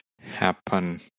happen